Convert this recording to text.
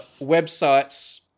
Websites